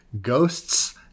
ghosts